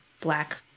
Black